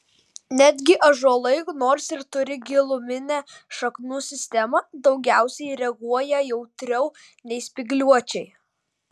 netgi ąžuolai nors ir turi giluminę šaknų sistemą daugiausiai reaguoja jautriau nei spygliuočiai